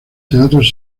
teatros